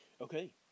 Okay